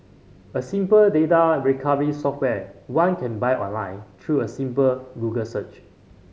a simple data recovery software one can buy online through a simple Google search